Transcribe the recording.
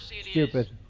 stupid